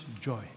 joy